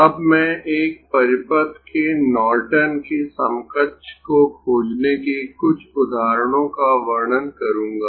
अब मैं एक परिपथ के नॉर्टन के समकक्ष को खोजने के कुछ उदाहरणों का वर्णन करूंगा